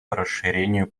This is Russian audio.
расширению